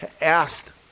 asked